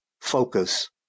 focus